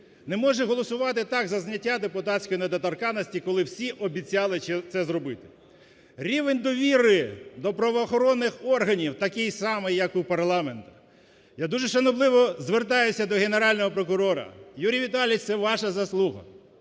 Не може голосувати так за зняття депутатської недоторканності, коли всі обіцяли це зробити. Рівень довіри до правоохоронних органів такий самий, як у парламенту. Я дуже шанобливо звертаюся до Генерального прокурора. Юрій Віталійович, це ваша заслуга.